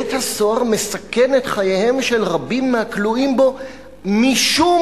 בית-הסוהר מסכן את חייהם של רבים מהכלואים בו משום